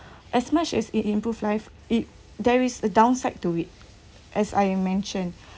as much as it improve life it there is a downside to it as I mention